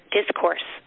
discourse